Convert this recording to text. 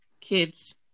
Kids